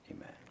amen